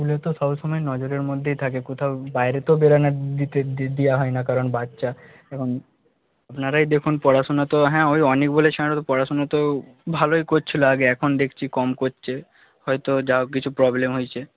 স্কুলে তো সব সময় নজরের মধ্যেই থাকে কোথাও বাইরে তো দেওয়া হয় না কারণ বাচ্চা এখন আপনারাই দেখুন পড়াশোনা তো হ্যাঁ ওই অনিক বলে ছেলেটা তো পড়াশোনাতেও ভালোই করছিলো আগে এখন দেখছি কম করছে হয়তো যা হোক কিছু প্রবলেম হয়েছে